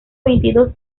veintidós